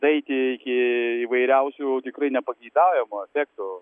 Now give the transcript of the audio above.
daeiti iki įvairiausių tikrai nepageidaujamų efektų